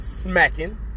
smacking